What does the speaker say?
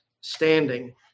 standing